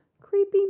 creepy